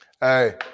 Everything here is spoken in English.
Hey